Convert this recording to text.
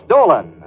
Dolan